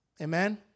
Amen